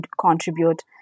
contribute